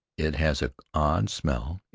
it has an odd smell.